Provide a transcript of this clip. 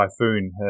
typhoon